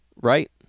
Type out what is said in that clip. Right